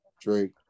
Drake